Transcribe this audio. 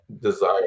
desire